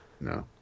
No